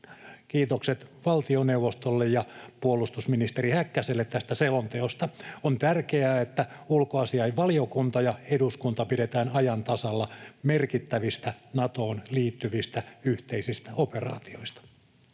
Kiitokset valtioneuvostolle ja puolustusministeri Häkkäselle tästä selonteosta. On tärkeää, että ulkoasiainvaliokunta ja eduskunta pidetään ajan tasalla merkittävistä Natoon liittyvistä yhteisistä operaatioista.